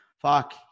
fuck